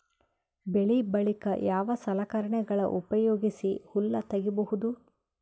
ಬೆಳಿ ಬಳಿಕ ಯಾವ ಸಲಕರಣೆಗಳ ಉಪಯೋಗಿಸಿ ಹುಲ್ಲ ತಗಿಬಹುದು?